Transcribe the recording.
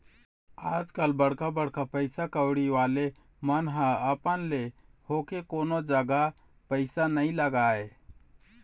आजकल बड़का बड़का पइसा कउड़ी वाले मन ह अपन ले होके कोनो जघा पइसा नइ लगाय